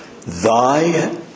Thy